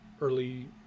early